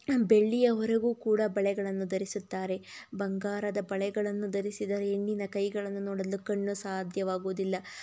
ಬೆಳ್ಳಿಯವರೆಗೂ ಕೂಡ ಬಳೆಗಳನ್ನು ಧರಿಸುತ್ತಾರೆ ಬಂಗಾರದ ಬಳೆಗಳನ್ನು ಧರಿಸಿದ ಹೆಣ್ಣಿನ ಕೈಗಳನ್ನು ನೋಡಲು ಕಣ್ಣು ಸಾಧ್ಯವಾಗುವುದಿಲ್ಲ